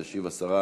מס' 2997: